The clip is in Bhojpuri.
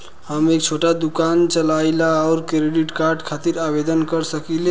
हम एक छोटा दुकान चलवइले और क्रेडिट कार्ड खातिर आवेदन कर सकिले?